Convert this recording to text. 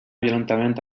violentament